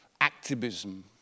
activism